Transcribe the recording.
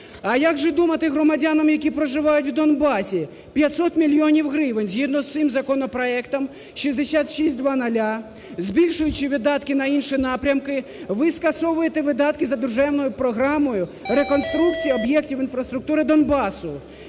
А як же думати громадянам, які проживають в Донбасі? 500 мільйонів гривень згідно з цим законопроектом 6600, збільшуючи видатки на інші напрямки, ви скасовуєте видатки за державною програмою реконструкції об'єктів інфраструктури Донбасу.